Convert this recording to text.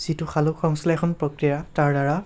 যিটো সালোক সংশ্লেষণ প্ৰক্ৰিয়া তাৰদ্বাৰা